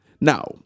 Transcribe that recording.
Now